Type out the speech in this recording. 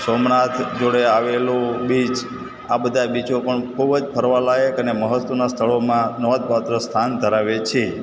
સોમનાથ જોડે આવેલો બીચ આ બધા બીચો પણ બહુ જ ફરવાલાયક અને મહત્ત્વનાં સ્થળોમાં નોંધપાત્ર સ્થાન ધરાવે છે